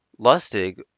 Lustig